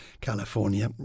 California